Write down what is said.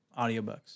audiobooks